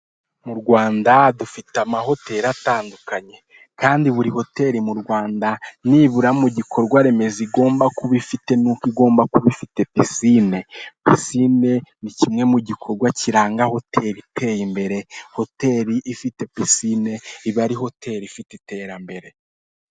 Mu Rwanda dufite amahoteli atandukanye kandi buri hoteli mu Rwanda nibura mu gikorwa remezo igomba kuba ifite n'uko igomba kuba ifite pisine, pisine ni kimwe mu gikorwa kiranga hoteli iteye imbere, hoteli ifite pisine iba ari hoteli ifite iterambere.